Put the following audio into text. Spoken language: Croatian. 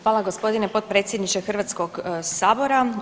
Hvala gospodine potpredsjedniče Hrvatskog sabora.